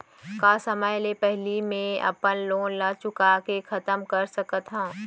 का समय ले पहिली में अपन लोन ला चुका के खतम कर सकत हव?